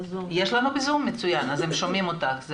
יש לנו בזום, מצוין, אז הם שומעים אותך.